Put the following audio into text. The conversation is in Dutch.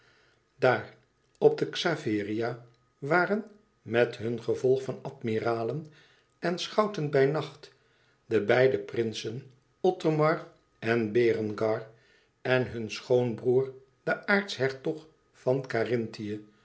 daar op de xaveria waren met hun gevolg van admiralen en schouten bij nacht de beide prinsen othomar en berengar en hun schoonbroêr de aartshertog van karinthië